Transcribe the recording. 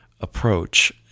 approach